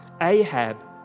Ahab